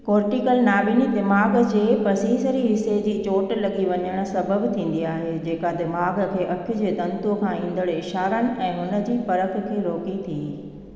cortical नाबीनी दिमाग़ जे पसिसरी हिसे जी चोटु लगी॒ वञणु सबबि थींदी आहे जेका दिमाग़ खे अखि जी तंतूअ खां ईंदड़ु इशारनि ऐं हुन जी परख खे रोके थी